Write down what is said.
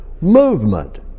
movement